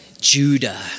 Judah